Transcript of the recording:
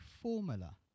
formula